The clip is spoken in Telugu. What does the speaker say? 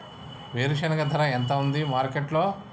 వేరుశెనగ ధర ఎంత ఉంది మార్కెట్ లో?